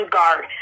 Guard